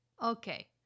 Okay